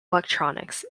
electronics